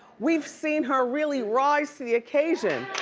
we've seen her really rise to the occasion.